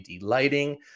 lighting